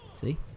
See